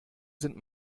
sind